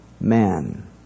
man